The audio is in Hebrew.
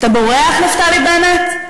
לא יושב פה נציג קואליציה אחד,